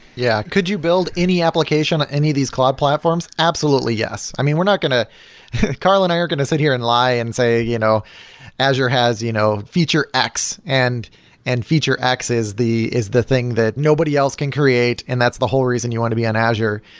yeah, could you build any application, any of these cloud platforms? absolutely, yes. we're not going to carl and i aren't going to sit here and lie and say, you know azure has you know feature x, and and feature x is the is the thing that nobody else can create and that's the whole reason you want to be in azure.